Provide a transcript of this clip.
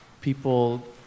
people